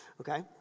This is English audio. okay